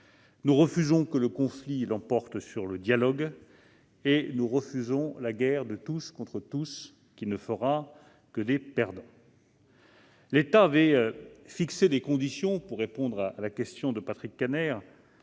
nous refusons que le conflit l'emporte sur le dialogue et nous refusons la guerre de tous contre tous, qui ne fera que des perdants. Pour répondre à la question de Patrick Kanner,